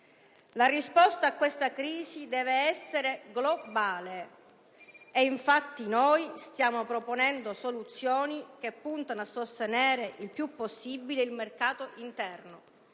La risposta a questa crisi deve essere globale e infatti noi stiamo proponendo soluzioni che puntano a sostenere il più possibile il mercato interno